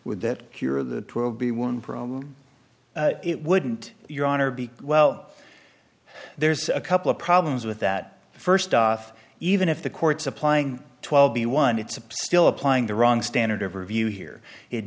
would that cure that will be one problem it wouldn't your honor be well there's a couple of problems with that first off even if the court's applying twelve b one it's a still applying the wrong standard of review here it